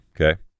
okay